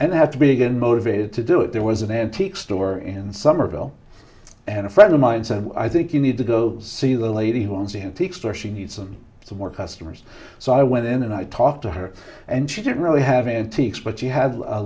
and have to be to get motivated to do it there was an antique store in somerville and a friend of mine said i think you need to go see the lady who owns the antique store she needs them some more customers so i went in and i talked to her and she didn't really have antiques but she had a